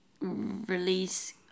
release